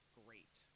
great